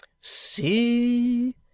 See